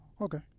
Okay